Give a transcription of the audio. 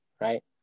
right